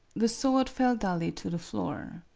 the sword fell dully to the floor.